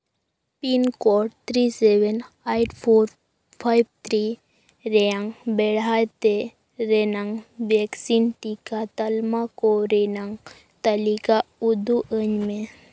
pin code three seven eight four five three ᱨᱮᱭᱟᱜ ᱵᱮᱲᱦᱟᱭᱛᱮ ᱨᱮᱱᱟᱜ ᱵᱷᱮᱠᱥᱤᱱ ᱴᱤᱠᱟᱹ ᱛᱟᱞᱢᱟ ᱠᱚ ᱨᱮᱱᱟᱝ ᱛᱟᱹᱞᱤᱠᱟ ᱩᱫᱩᱜ ᱟᱹᱧ ᱢᱮ